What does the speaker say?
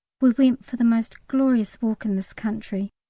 we went for the most glorious walk in this country.